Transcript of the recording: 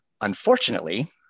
Unfortunately